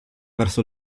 verso